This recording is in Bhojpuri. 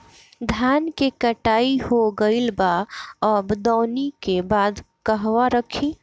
धान के कटाई हो गइल बा अब दवनि के बाद कहवा रखी?